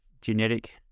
genetic